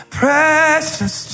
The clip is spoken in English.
precious